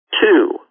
Two